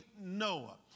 Noah